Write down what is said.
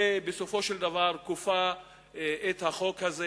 ובסופו של דבר כופה את החוק הזה,